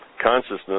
Consciousness